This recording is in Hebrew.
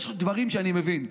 יש דברים שאני מבין.